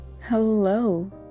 Hello